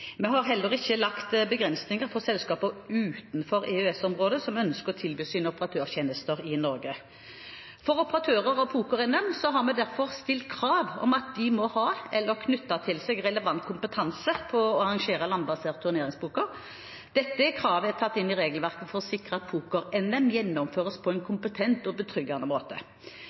Vi har heller ikke lagt begrensninger for selskaper utenfor EØS-området som ønsker å tilby sine operatørtjenester i Norge. For operatører av poker-NM har vi derfor stilt krav om at de må ha, eller knytte til seg, relevant kompetanse på å arrangere landbasert turneringspoker. Dette kravet er tatt inn i regelverket for å sikre at poker-NM gjennomføres på en